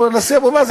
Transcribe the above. והנשיא אבו מאזן,